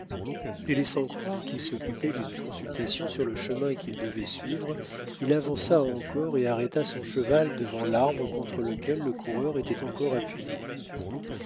les laissant croire qu'il s'occupait d'une consultation sur le chemin qu'ils devaient suivre il avança encore et arrêta son cheval devant l'arbre contre lequel le coureur était encore appuyé